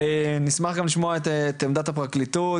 נשמח גם לשמוע גם את עמדת הפרקליטות,